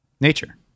nature